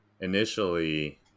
initially